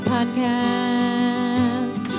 podcast